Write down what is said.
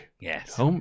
Yes